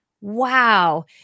wow